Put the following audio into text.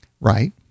right